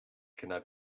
cannot